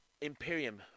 Imperium